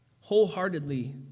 wholeheartedly